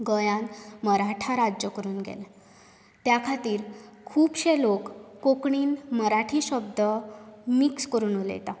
गोंयांत मराठा राज्य करून गेले त्या खातीर खुबशे लोक कोंकणींत मराठी शब्द मिक्स करून उलयतात